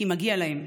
כי מגיע להם.